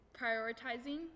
prioritizing